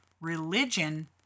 religion